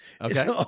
Okay